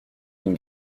une